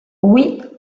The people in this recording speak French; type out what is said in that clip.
oui